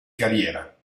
carriera